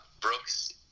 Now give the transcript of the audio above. Brooks